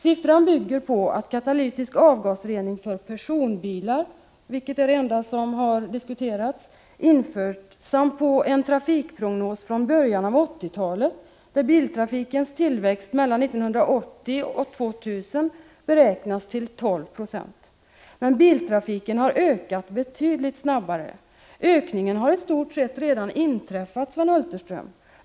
Siffran bygger på att katalytisk avgasrening för personbilar införs — vilket är det enda som har diskuterats — samt på en trafikprognos från början av 1980-talet, där biltrafikens tillväxt mellan 1980 och 2000 beräknades till 12 70. Men biltrafiken har ökat betydligt snabbare. Ökningen har i stort sett redan inträffat, Sven Hulterström!